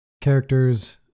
characters